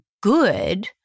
good